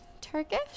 Turkish